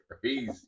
crazy